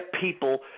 people